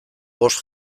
bost